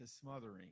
smothering